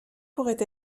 pourrait